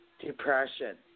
Depression